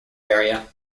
area